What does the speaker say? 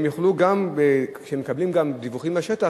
גם כאשר מקבלים דיווחים מהשטח,